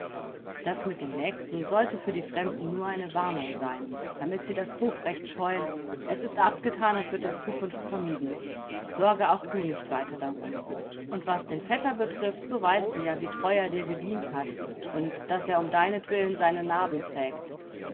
das mit den mägden sollte für die fremden nur eine warnung sein damit sie das hofrecht scheuen es ist abgetan und wird in zukunft vermieden sorge auch du nicht weiter darum und was den vetter betrifft so weißt du ja wie treu er dir gedient hat und daß er um deinetwillen seine narben trägt